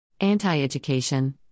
Anti-education